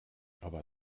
aber